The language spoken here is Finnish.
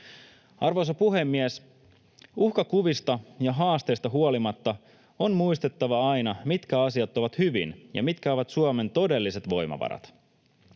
Arvoisa puhemies! Uhkakuvista ja haasteista huolimatta on muistettava aina, mitkä asiat ovat hyvin ja mitkä ovat Suomen todelliset voimavarat.